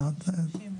15?